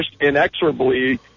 inexorably